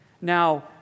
Now